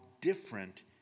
different